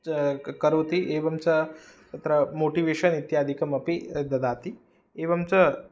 च क करोति एवं च तत्र मोटिवेशन् इत्यादिकमपि ददाति एवं च